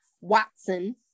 Watson